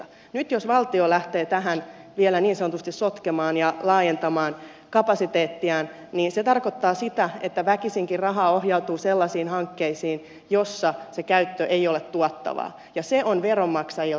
nyt jos valtio lähtee tähän vielä niin sanotusti sotkemaan ja laajentamaan kapasiteettiaan niin se tarkoittaa sitä että väkisinkin rahaa ohjautuu sellaisiin hankkeisiin joissa se käyttö ei ole tuottavaa ja se on veronmaksajilta pois